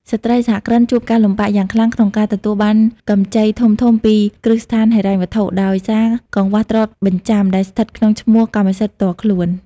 ស្ត្រីសហគ្រិនជួបការលំបាកយ៉ាងខ្លាំងក្នុងការទទួលបានកម្ចីធំៗពីគ្រឹះស្ថានហិរញ្ញវត្ថុ ដោយសារកង្វះទ្រព្យបញ្ចាំដែលស្ថិតក្នុងឈ្មោះកម្មសិទ្ធិផ្ទាល់ខ្លួន។